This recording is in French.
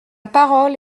parole